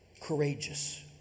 courageous